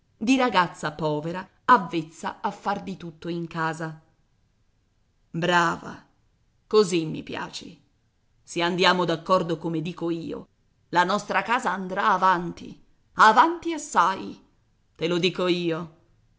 di ragazza povera avvezza a far di tutto in casa brava brava così mi piaci se andiamo d'accordo come dico io la nostra casa andrà avanti avanti assai te lo dico io